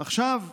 עכשיו,